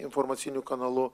informaciniu kanalu